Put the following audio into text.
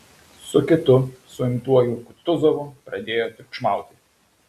su kitu suimtuoju kutuzovu pradėjo triukšmauti